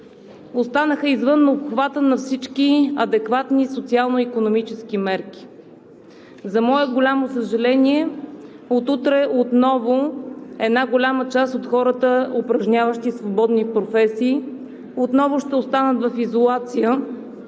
останаха извън обхвата на всички адекватни социално-икономически мерки. За мое голямо съжаление, голяма част от хората, упражняващи свободни професии, от утре отново ще останат в изолация.